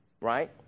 right